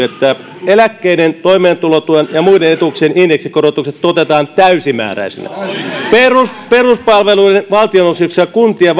että eläkkeiden toimeentulotuen ja muiden etuuksien indeksikorotukset toteutetaan täysimääräisinä peruspalveluiden valtionosuuksien ja kuntien